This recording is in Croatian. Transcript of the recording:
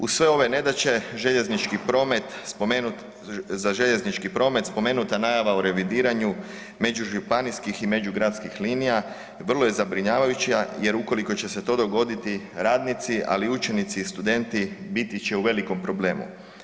Uz sve ove nedaće, željeznički promet, za željeznički promet spomenuta najava u revidiranju međužupanijskih i međugradskih linija, vrlo je zabrinjavajuća jer, ukoliko će se to dogoditi, radnici, ali i učenici i studenti biti će u velikom problemu.